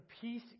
peace